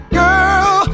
girl